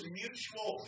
mutual